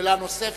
שאלה נוספת.